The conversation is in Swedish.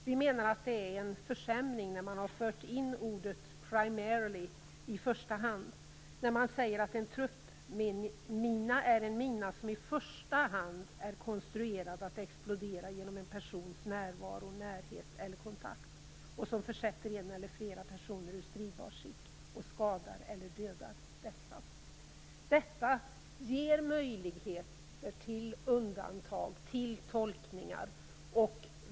Vi menar att det är en försämring att ordet primarily - i första hand - har lagts till, dvs. när man t.ex. säger att en truppmina är en mina som i första hand är konstruerad att explodera genom en persons närvaro, närhet eller kontakt och som försätter en eller flera personer ur stridbart skick och skadar eller dödar dessa. Detta ger möjligheter till undantag och tolkningar.